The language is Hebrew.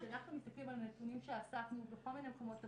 כשאנחנו מסתכלים על נתונים שאספנו בכל מיני מקומות עבודה,